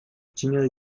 tinha